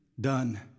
done